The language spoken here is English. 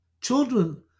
Children